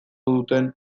duten